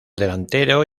delantero